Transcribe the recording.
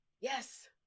Yes